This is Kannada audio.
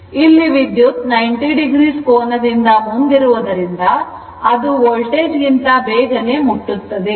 ಇಲ್ಲಿ ವಿದ್ಯುತ್ 90 o ಕೋನದಿಂದ ಮುಂದೆ ಇರುವದರಿಂದ ಅದು ವೋಲ್ಟೇಜ್ ಗಿಂತ ಬೇಗನೆ ಮುಟ್ಟುತ್ತದೆ